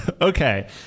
Okay